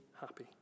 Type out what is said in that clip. happy